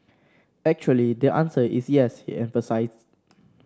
actually the answer is yes he emphasised